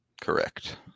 Correct